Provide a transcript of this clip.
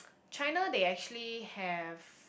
China they actually have